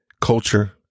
culture